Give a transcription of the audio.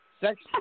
Sex